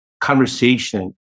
conversation